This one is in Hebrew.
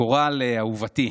קורל אהובתי,